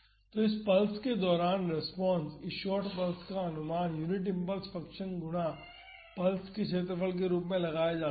तो इस पल्स के कारण रेस्पॉन्स इस शार्ट पल्स का अनुमान यूनिट इम्पल्स फंक्शन गुना पल्स के क्षेत्रफल के रूप में लगाया जा सकता है